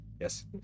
yes